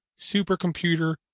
supercomputer